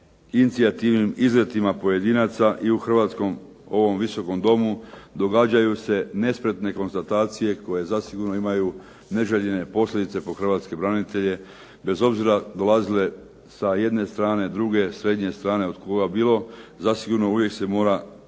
inicijativnim izletima pojedinaca i u hrvatskom ovom Visokom domu događaju se nespretne konstatacije koje zasigurno imaju neželjene posljedice po hrvatske branitelje, bez obzira dolazile sa jedne strane, druge, srednje strane, od koga bilo, zasigurno uvijek se mora dostojno,